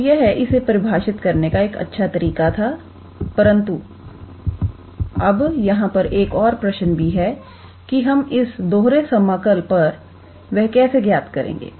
तो यह इसे परिभाषित करने का एक अच्छा तरीका था परंतु अब यहां पर एक और प्रश्न भी है कि हम इस दोहरे समाकल वह कैसे ज्ञात करेंगे